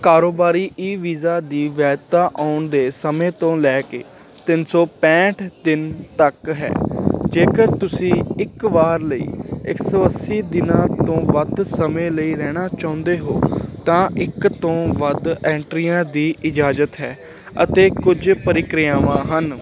ਕਾਰੋਬਾਰੀ e visa ਦੀ ਵੈਧਤਾ ਆਉਣ ਦੇ ਸਮੇਂ ਤੋਂ ਲੈ ਕੇ ਤਿੰਨ ਸੌ ਪੈਂਹਠ ਦਿਨ ਤੱਕ ਹੈ ਜੇਕਰ ਤੁਸੀਂ ਇੱਕ ਵਾਰ ਲਈ ਇੱਕ ਸੌ ਅੱਸੀ ਦਿਨਾਂ ਤੋਂ ਵੱਧ ਸਮੇਂ ਲਈ ਰਹਿਣਾ ਚਾਹੁੰਦੇ ਹੋ ਤਾਂ ਇੱਕ ਤੋਂ ਵੱਧ ਐਂਟਰੀਆਂ ਦੀ ਇਜਾਜ਼ਤ ਹੈ ਅਤੇ ਕੁਝ ਪ੍ਰਕਿਰਿਆਵਾਂ ਹਨ